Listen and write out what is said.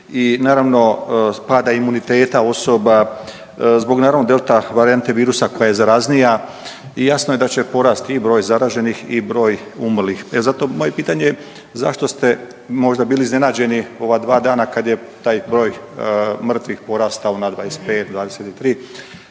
i naravno, pada imuniteta osoba, zbog, naravno, delta varijante virusa koja je zaraznija i jasno je da će porasti i broj zaraženih i broj umrlih. E zato moje pitanje je zašto ste možda bili iznenađeni ova 2 dana kad je taj broj mrtvih porastao na 25, 23,